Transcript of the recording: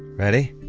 ready?